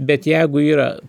bet jeigu yra